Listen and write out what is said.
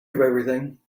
everything